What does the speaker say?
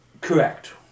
Correct